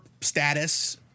status